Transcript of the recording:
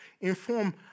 inform